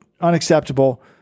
unacceptable